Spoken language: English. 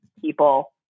people